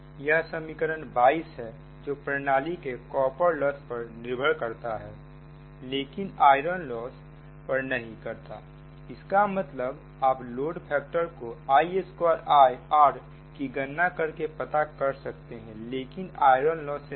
यह समीकरण 22 है जो प्रणाली के कॉपर लॉस पर निर्भर करता है लेकिन आईरन लॉस पर नहीं करता है इसका मतलब आप लोड फैक्टर को i2 R की गणना करके पता कर सकते हैं लेकिन आयरन लॉस से नहीं